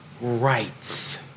rights